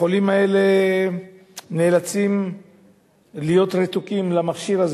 החולים האלה נאלצים להיות רתוקים למכשיר הזה